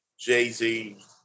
Jay-Z